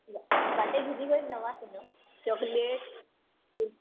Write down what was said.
ବାଟେ ଘିନିକରି ନବା କେନ ଚକଲେଟ୍ କୁର